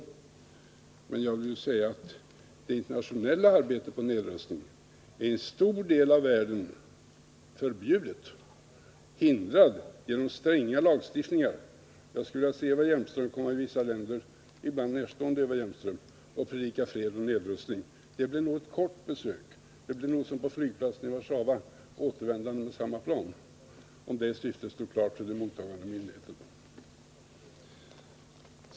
Men det internationella arbetet på nedrustning är i en stor del av världen förbjudet genom sträng lagstiftning. Jag skulle vilja se Eva Hjelmström predika fred och nedrustning i vissa länder, ibland Eva Hjelmström närstående. Det blev nog ett kort besök! Det blev nog som på flygplatsen i Warszawa — återvändande med samma plan — om det syftet stod klart för den mottagande myndigheten.